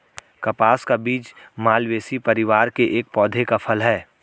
कपास का बीज मालवेसी परिवार के एक पौधे का फल है